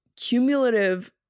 cumulative